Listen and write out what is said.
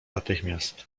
natychmiast